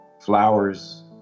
Flowers